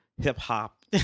hip-hop